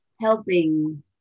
helping